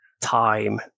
time